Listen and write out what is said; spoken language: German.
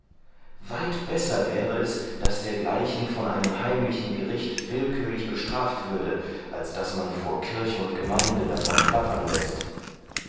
weit besser wäre es daß dergleichen von einem heimlichen gericht willkürlich bestraft würde als daß man vor kirch und gemeinde davon plappern läßt